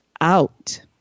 out